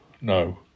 no